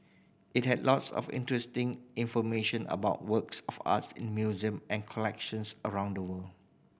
it had lots of interesting information about works of art in museum and collections around the world